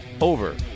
over